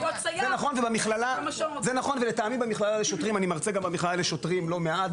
אני מרצה במכללה לשוטרים לא מעט,